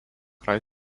kaip